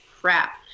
crap